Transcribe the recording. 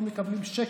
לא מקבלים שקל.